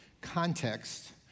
context